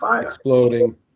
exploding